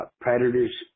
predators